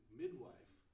midwife